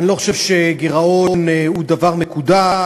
אני לא חושב שגירעון הוא דבר מקודש,